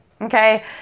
okay